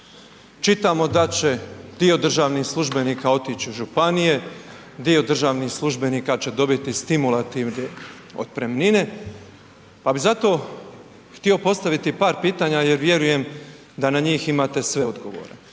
Čitamo da će dio državnih službenika otići u županije, dio državnih službenika će dobiti stimulativne otpremnine, pa bi zato htio postaviti par pitanja jer vjerujem da na njih imate sve odgovore.